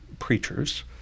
preachers